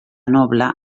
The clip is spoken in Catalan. noble